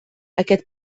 aquest